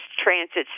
transits